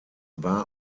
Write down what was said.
war